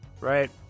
Right